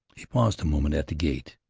he paused a moment at the gate,